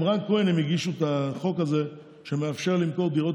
הוא הגיש עם רן כהן את החוק הזה שמאפשר למכור דירות